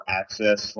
access